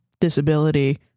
disability